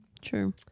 true